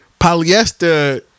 Polyester